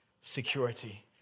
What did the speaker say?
security